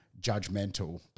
judgmental